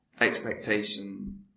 expectation